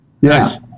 Yes